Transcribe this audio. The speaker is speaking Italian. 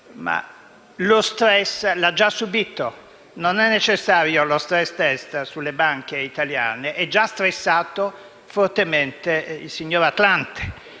ma lo *stress* l'ha già subito, non è necessario lo *stress test* sulle banche italiane, è già stressato fortemente il signor Atlante.